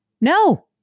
no